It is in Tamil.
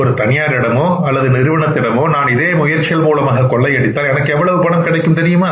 ஒரு தனியாரிடமோ அல்லது நிறுவனத்திடமோ நான் இதே முயற்சிகள் மூலமாக கொள்ளையடித்தால் எனக்கு இவ்வளவு பணம் கிடைக்குமா